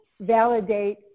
validate